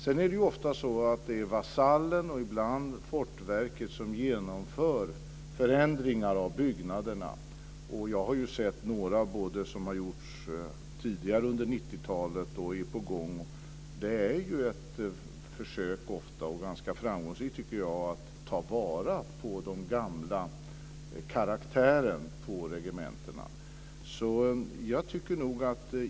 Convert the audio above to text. Sedan är det ofta Vasallen och ibland Fortverket som genomför förändringar av byggnaderna. Jag har sett några som har gjorts tidigare under 90-talet och sådana som är på gång. Det är ofta ganska framgångsrika försök, tycker jag, att ta vara på den gamla karaktären på regementena.